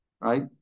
right